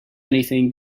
anything